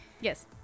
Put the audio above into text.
Yes